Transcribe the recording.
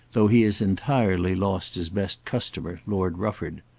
though he has entirely lost his best customer, lord rufford.